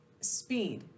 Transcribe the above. speed